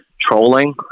trolling